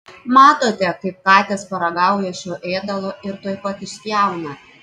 matote kaip katės paragauja šio ėdalo ir tuoj pat išspjauna